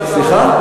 סליחה?